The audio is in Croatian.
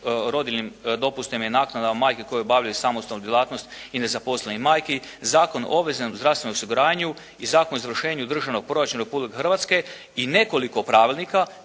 rodiljnim dopustima i naknadama majke koje obavljaju samostalnu djelatnost i nezaposlenih majki, Zakon o obveznom zdravstvenom osiguranju i Zakon o izvršenju Državnog proračuna Republike Hrvatske i nekoliko pravilnika.